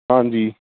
ਹਾਂਜੀ